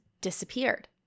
disappeared